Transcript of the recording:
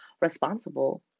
responsible